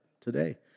today